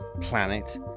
planet